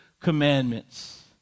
commandments